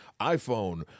iPhone